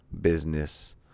business